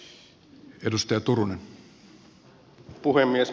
arvoisa puhemies